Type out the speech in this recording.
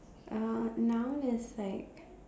uh noun is like